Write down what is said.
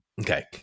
Okay